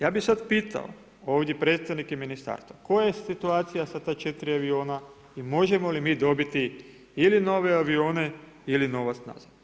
Ja bi sad pitao ovdje predstavnike ministarstva, koja je situacija sa ta 4 aviona i možemo li mi dobiti ili nove avione ili nova nazad?